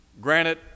Granted